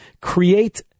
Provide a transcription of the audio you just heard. create